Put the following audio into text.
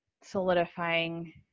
solidifying